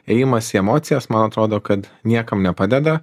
ėjimas į emocijas man atrodo kad niekam nepadeda